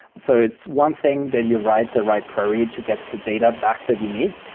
so it's one thing that you write the right query to get the data back that you need,